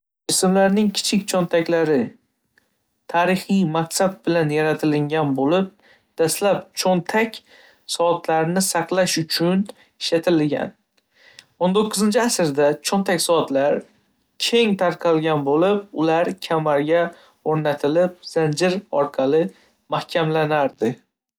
Jisimlarning kichik cho'ntaklari tarixiy maqsad bilan yaratilgan bo'lib, dastlab cho'ntak soatlarini saqlash uchun ishlatilgan. O'n to'qqizinchi asrda cho'ntak soatlari keng tarqalgan bo'lib, ular kamarga o‘rnatilib, zanjir orqali mahkamlanardi.